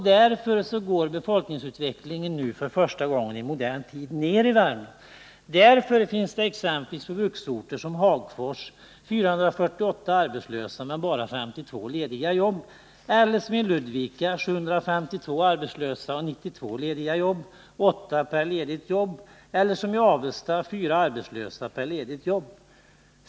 Därför går befolkningsutvecklingen nu för första gången i modern tid bakåt i Värmland. Därför kan det på bruksorter vara som i Hagfors: 448 arbetslösa men bara 52 lediga jobb. Eller som i Ludvika: 752 arbetslösa och 92 lediga jobb — åtta per ledigt jobb. Eller som i Avesta: fyra arbetslösa per ledigt jobb.